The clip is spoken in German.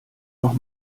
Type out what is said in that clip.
noch